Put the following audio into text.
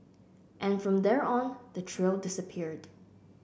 and from there on the trail disappeared